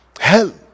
hell